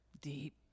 deep